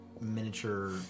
miniature